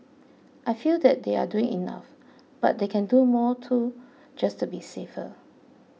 I feel that they are doing enough but they can do more too just to be safer